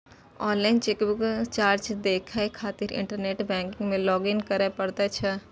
online chequebook charge देखै खातिर internet banking मे लॉग इन करै पड़ै छै